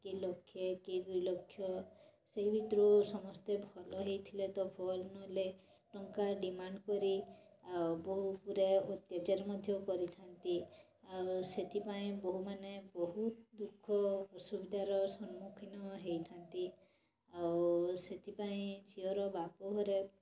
କିଏ ଲକ୍ଷ କିଏ ଦୁଇ ଲକ୍ଷ ସେଇ ଭିତରୁ ସମସ୍ତେ ଭଲ ହେଇଥିଲେ ତ ଭଲ୍ ନହେଲେ ଟଙ୍କା ଡିମାଣ୍ଡ୍ କରି ଆଉ ବୋହୂ ଉପରେ ଅତ୍ୟାଚାର ମଧ୍ୟ କରିଥାନ୍ତି ଆଉ ସେଥିପାଇଁ ବୋହୂମାନେ ବହୁତ ଦୁଃଖ ଅସୁବିଧାର ସମ୍ମୁଖୀନ ହେଇଥାନ୍ତି ଆଉ ସେଥିପାଇଁ ଝିଅର ବାପ ଘର